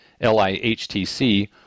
LIHTC